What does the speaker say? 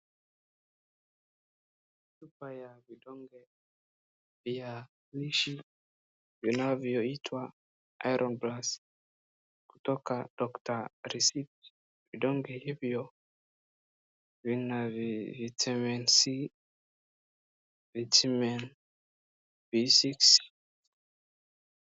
Chupa ya vidonge vya kuishi vinavyoitwa Iron plus kutoka doctor's recipes vidonge hivyo vina vitamin C, vitamin B6 .